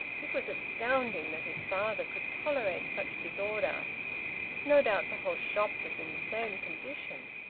it was astounding that his father could tolerate such disorder no doubt the whole shop was in the same condition.